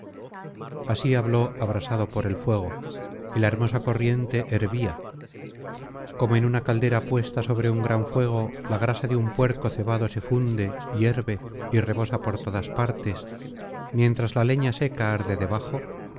así habló abrasado por el fuego y la hermosa corriente hervía como en una caldera puesta sobre un gran fuego la grasa de un puerco cebado se funde hiervey rebosa por todas partes mientras la leña seca arde debajo